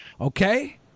Okay